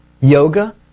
yoga